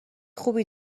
خوبی